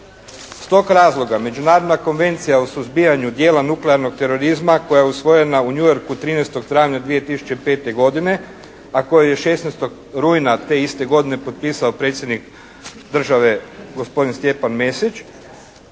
Iz tog razloga Međunarodna konvencija o suzbijanju dijela nuklearnog terorizma koja je usvojena u New Yorku 13. travnja 2005. godine, a koju je 16. rujna te iste godine potpisao predsjednik države gospodin Stjepan Mesić,